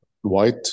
white